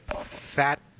Fat